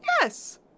Yes